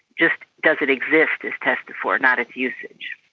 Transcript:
just does it exist is tested for, not its usage.